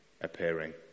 appearing